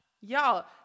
y'all